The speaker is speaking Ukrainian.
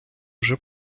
вже